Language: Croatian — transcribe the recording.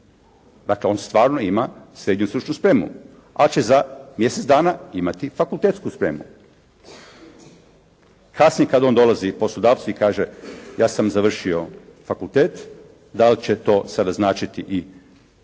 Dakle on stvarno ima srednju stručnu spremu. Ali će za mjesec dana imati fakultetsku spremu. Kasnije kad on dolazi poslodavcu i kaže: «Ja sam završio fakultet. Dal' će to sada značiti i?»